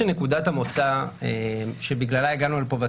שנקודת המוצא שבגללה הגענו לפה,